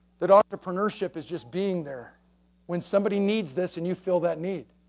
that entrepreneurship is just being there when somebody needs this and you fill that need.